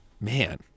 Man